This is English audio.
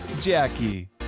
Jackie